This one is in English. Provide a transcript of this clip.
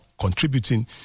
contributing